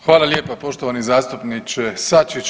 Hvala lijepa poštovani zastupniče Sačić.